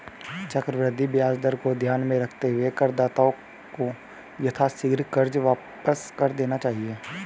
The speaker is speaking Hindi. चक्रवृद्धि ब्याज दर को ध्यान में रखते हुए करदाताओं को यथाशीघ्र कर्ज वापस कर देना चाहिए